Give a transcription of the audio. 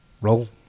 Roll